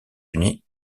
unis